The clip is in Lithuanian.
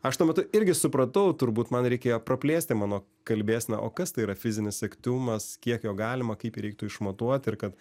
aš tuo metu irgi supratau turbūt man reikėjo praplėsti mano kalbėseną o kas tai yra fizinis aktyvumas kiek jo galima kaip reiktų išmatuoti ir kad